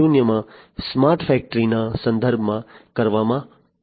0 માં સ્માર્ટ ફેક્ટરીઓના સંદર્ભમાં કરવામાં આવે છે